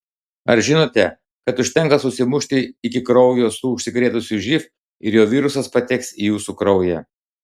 ar žinote kad užtenka susimušti iki kraujo su užsikrėtusiu živ ir jo virusas pateks į jūsų kraują